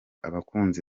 abakunzi